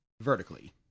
vertically